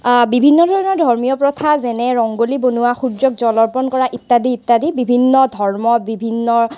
বিভিন্ন ধৰণৰ ধৰ্মীয় প্ৰথা যেনে ৰংগোলী বনোৱা সূৰ্যক জল অৰ্পণ কৰা ইত্যাদি ইত্যাদি বিভিন্ন ধৰ্ম বিভিন্ন